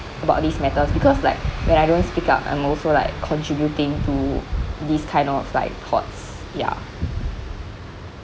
about these matters because like when I don't speak up I'm also like contributing to these kind of like thoughts ya